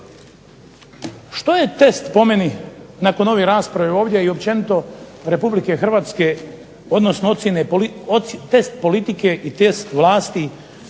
Što je test po meni nakon ove rasprave ovdje i općenito Republike Hrvatske, odnosno test politike i test vlasi